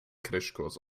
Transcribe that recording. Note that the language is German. crashkurs